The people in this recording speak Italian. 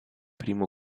primo